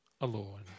alone